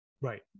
Right